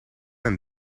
een